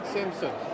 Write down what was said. Simpson